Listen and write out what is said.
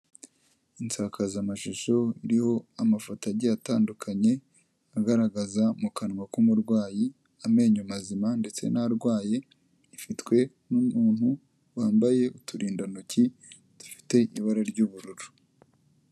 Insakazamashusho iriho amafoto agiye atandukanye agaragaza mu kanwa k'umurwayi amenyo mazima ndetse n'arwaye ifitwe n'umuntu wambaye uturindantoki dufite ibara ry'ubururu.